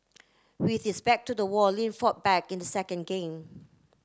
with his back to the wall Lin fought back in the second game